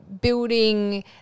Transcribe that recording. building